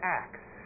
acts